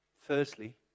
Firstly